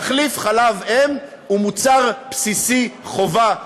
תחליף חלב אם הוא מוצר בסיסי חובה.